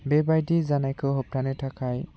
बेबायदि जानायखौ होबथानो थाखाय